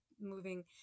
moving